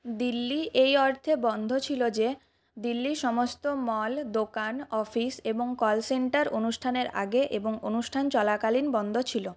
দিল্লি এই অর্থে বন্ধ ছিল যে দিল্লির সমস্ত মল দোকান অফিস এবং কলসেন্টার অনুষ্ঠানের আগে এবং অনুষ্ঠান চলাকালীন বন্ধ ছিল